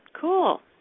Cool